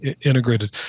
integrated